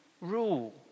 rule